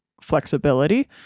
flexibility